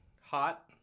Hot